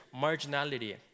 Marginality